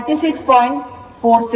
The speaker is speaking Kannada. ಆದ್ದರಿಂದ 34